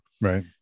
right